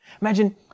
Imagine